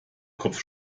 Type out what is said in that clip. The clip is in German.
kopf